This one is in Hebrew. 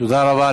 תודה רבה.